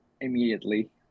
immediately